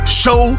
show